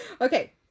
Okay